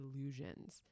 illusions